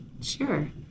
Sure